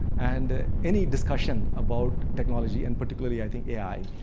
and any discussion about technology, and particularly i think ai,